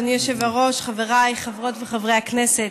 אדוני היושב-ראש, חבריי חברות וחברי הכנסת,